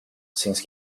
since